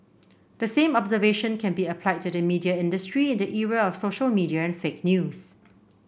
the same observation can be applied to the media industry in the era of social media and fake news